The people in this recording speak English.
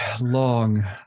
long